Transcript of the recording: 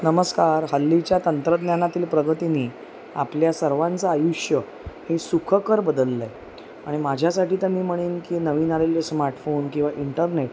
नमस्कार हल्लीच्या तंत्रज्ञानातील प्रगतीने आपल्या सर्वांचं आयुष्य हे सुखकर बदललं आहे आणि माझ्यासाठी तर मी म्हणेन की नवीन आलेले स्मार्ट फोन किंवा इंटरनेट